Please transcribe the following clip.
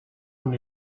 und